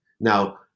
Now